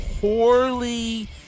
poorly